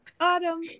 Autumn